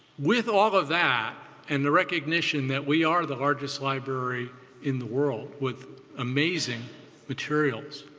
with all of that and the recognition that we are the largest library in the world with amazing materials,